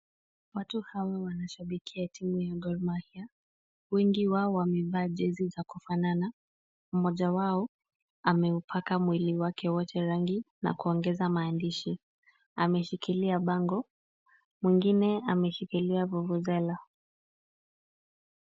Watu hawa wanashabikia timu ya Gor mahia. Wengi wao wamevaa jezi za kufanana. Mmoja wao ameupaka mwili wake wote rangi na kuongeza maandishi. Ameshikilia bango. Mwingine ameshikilia vuvuzela.